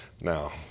Now